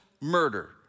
murder